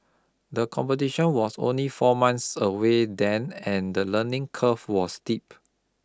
the competition was only four months away then and the learning curve was steep